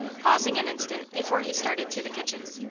pausing an instant before he started to the kitchen.